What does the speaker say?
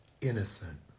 innocent